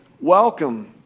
welcome